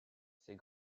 ses